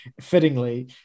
fittingly